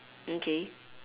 okay